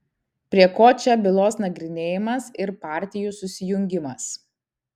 prie ko čia bylos nagrinėjimas ir partijų susijungimas